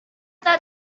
that